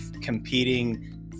competing